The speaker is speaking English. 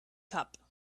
cup